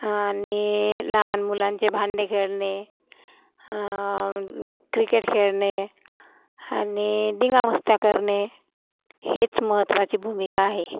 आणि लहान मुलांचे भांडे खेळने क्रिकेट खेळने आणि धिंगामस्त्या करणे हेच महत्त्वाची भुमिका आहे